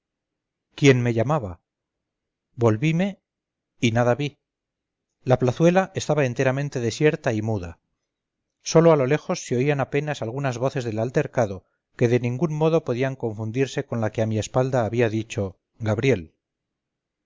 quién me llamaba volvime y nadavi la plazuela estaba enteramente desierta y muda sólo a lo lejos se oían apenas algunas voces del altercado que de ningún modo podían confundirse con la que a mi espalda había dicho gabriel